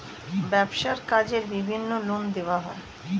ব্যবসার কাজে বিভিন্ন লোন দেওয়া হয়